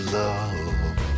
love